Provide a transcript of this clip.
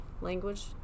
language